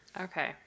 Okay